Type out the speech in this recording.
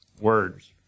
Words